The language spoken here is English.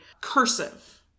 Cursive